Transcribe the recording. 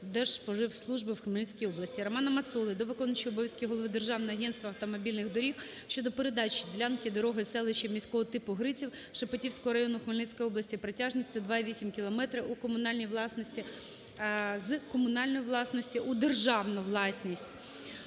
Держпродспоживслужби в Хмельницькій області. Романа Мацоли до виконуючого обов'язки голови Державного агентства автомобільних доріг щодо передачі ділянки дороги селища міського типу Гриців Шепетівського району Хмельницької області, протяжністю 2,8 кілометри з комунальної власності у державну власність.